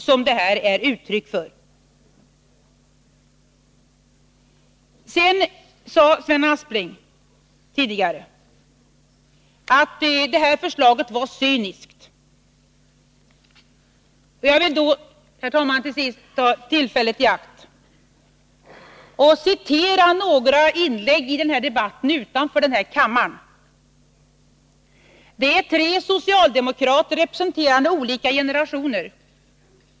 Sven Aspling sade tidigare att förslaget är cyniskt. Jag vill då, herr talman, till sist ta tillfället i akt att åberopa tre inlägg i den här debatten som gjorts utanför kammaren av socialdemokrater, representerande olika generationer.